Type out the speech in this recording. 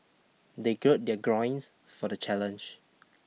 they gird their groins for the challenge